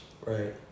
Right